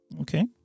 Okay